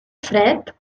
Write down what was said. fred